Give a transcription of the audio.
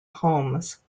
homes